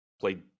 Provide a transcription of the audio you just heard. played